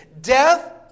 death